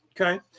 Okay